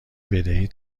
بدهی